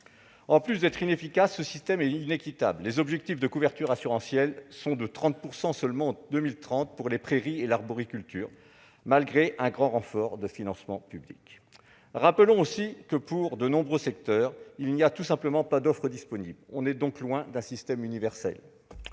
En plus d'être inefficace, ce système est inéquitable : les objectifs de couverture assurantielle sont de 30 % seulement en 2030 pour les prairies et l'arboriculture, malgré un grand renfort de financements publics. Rappelons aussi qu'il n'existe tout simplement pas d'offre disponible pour de nombreux secteurs.